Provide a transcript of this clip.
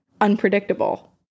unpredictable